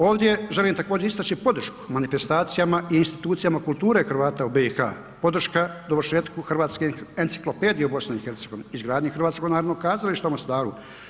Ovdje želim također istači podršku manifestacijama i institucijama kulture Hrvata u BiH, podrška dovršetku hrvatskih enciklopedija u BiH, izgradnji Hrvatskog narodnog kazališta u Mostaru.